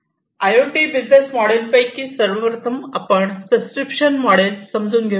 I O T business model पैकी सर्वप्रथम आपण सबस्क्रीप्शन मोडेल समजून घेऊयात